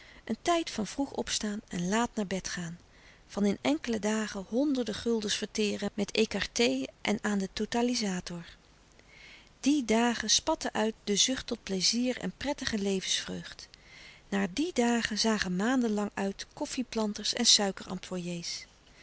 een tijd van vroeg opstaan en laat naar bed gaan van in enkele dagen honderde guldens verteeren met écarté en aan den totalizator die dagen spatte uit de zucht tot pleizier en prettige levensvreugd naar die dagen zagen maanden lang uit koffie planters en suiker employés